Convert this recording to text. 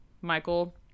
Michael